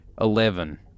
eleven